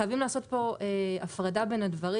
חייבים לעשות פה הפרדה בין הדברים.